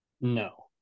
no